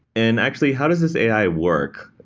and actually, how does this ai work?